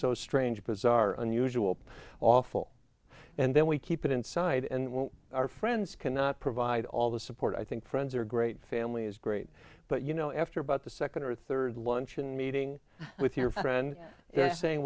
so strange bizarre unusual awful and then we keep it inside and what our friends cannot provide all the support i think friends are great family is great but you know after at the nd or rd luncheon meeting with your friend yes saying